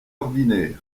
ordinaires